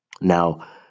Now